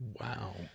Wow